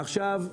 עכשיו,